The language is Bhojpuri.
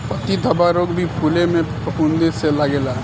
पत्ती धब्बा रोग भी फुले में फफूंद से लागेला